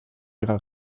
ihrer